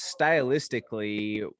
stylistically